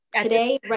Today